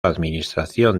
administración